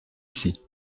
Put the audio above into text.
ici